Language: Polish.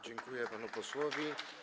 Dziękuję panu posłowi.